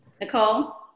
Nicole